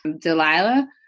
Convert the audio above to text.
Delilah